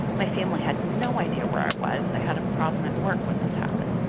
my family had no idea where i was. i had a problem at work when this happened.